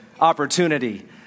opportunity